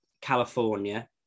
California